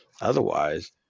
Otherwise